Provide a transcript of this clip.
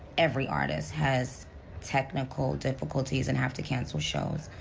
every artist has technical difficulties and have to cancel shows.